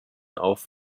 auf